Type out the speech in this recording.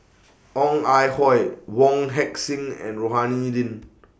Ong Ah Hoi Wong Heck Sing and Rohani Din